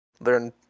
learn